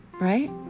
Right